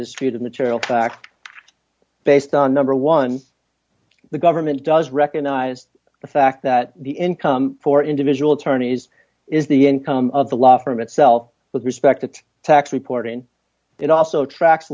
history of the material fact based on number one the government does recognize the fact that the income for individual attorneys is the income of the law firm itself with respect to tax reporting it also trac